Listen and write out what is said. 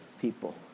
people